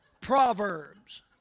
proverbs